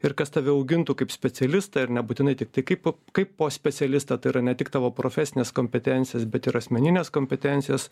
ir kas tave augintų kaip specialistą ir nebūtinai tik tai kaip po kaip po specialistą tai yra ne tik tavo profesines kompetencijas bet ir asmenines kompetencijas